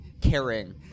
caring